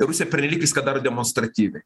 rusija pernelyg viską daro demonstratyviai